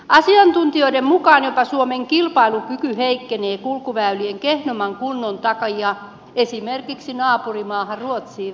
asiantuntijoiden mukaan jopa suomen kilpailukyky heikkenee kulkuväylien kehnomman kunnon takia esimerkiksi naapurimaahan ruotsiin verrattuna